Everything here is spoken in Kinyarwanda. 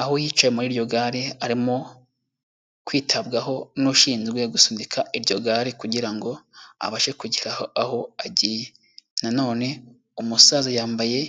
aho yicaye muri iryo gare arimo kwitabwaho n'ushinzwe gusunika iryo gare kugira ngo abashe kugera aho agiye, nanone umusaza yambaye